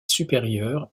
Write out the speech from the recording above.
supérieure